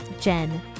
Jen